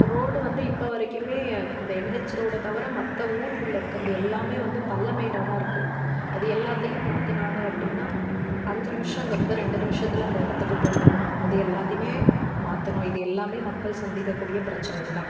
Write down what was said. road வந்து இப்போ வரைக்குமே அந்த என்ஹச் ரோடை தவிர மற்ற ஊருக்குள்ளே இருக்கிறது எல்லாமே வந்து பள்ளமேடாக தான் இருக்குது அது எல்லாத்தையும் மாற்றுனாங்க அப்படின்னா அஞ்சு நிமிஷங்கிறது ரெண்டு நிமிஷத்தில் அந்த இடத்துக்கு போயிடலாம் அது எல்லாத்தையுமே மாற்றணும் இது எல்லாமே மக்கள் சந்திக்கக்கூடிய பிரச்சினை தான்